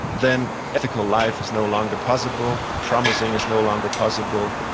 then ethical life is no longer possible. promising is no longer possible.